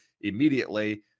immediately